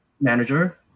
manager